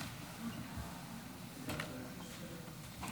היום ציינה הכנסת בחלק גדול מהוועדות את יום